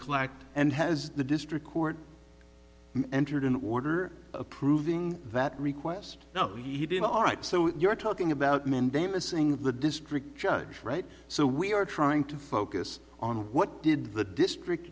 collect and has the district court entered in order approving that request now he did all right so you're talking about mandamus ing the district judge right so we are trying to focus on what did the district